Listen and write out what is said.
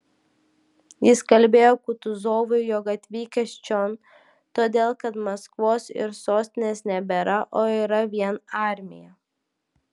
jis kalbėjo kutuzovui jog atvykęs čion todėl kad maskvos ir sostinės nebėra o yra vien armija